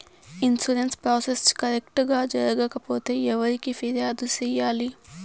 insurance process correct గా జరగకపోతే ఎవరికి ఫిర్యాదు సేయాలి